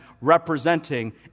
representing